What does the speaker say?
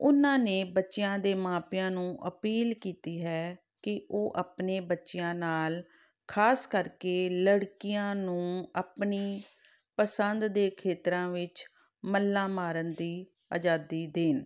ਉਹਨਾਂ ਨੇ ਬੱਚਿਆਂ ਦੇ ਮਾਪਿਆਂ ਨੂੰ ਅਪੀਲ ਕੀਤੀ ਹੈ ਕਿ ਉਹ ਆਪਣੇ ਬੱਚਿਆਂ ਨਾਲ ਖਾਸ ਕਰਕੇ ਲੜਕੀਆਂ ਨੂੰ ਆਪਣੀ ਪਸੰਦ ਦੇ ਖੇਤਰਾਂ ਵਿੱਚ ਮੱਲਾਂ ਮਾਰਨ ਦੀ ਆਜ਼ਾਦੀ ਦੇਣ